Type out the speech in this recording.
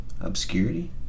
Obscurity